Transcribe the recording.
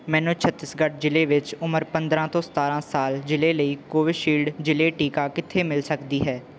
ਮੈਨੂ ਛੱਤੀਸਗੜ੍ਹ ਜ਼ਿਲ੍ਹੇ ਵਿੱਚ ਉਮਰ ਪੰਦਰਾਂ ਸਤਾਰਾਂ ਸਾਲ ਜ਼ਿਲ੍ਹੇ ਲਈ ਕੋਵਿਸ਼ੀਲਡ ਜ਼ਿਲ੍ਹੇ ਟੀਕਾ ਕਿੱਥੇ ਮਿਲ ਸਕਦੀ ਹੈ